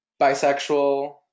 bisexual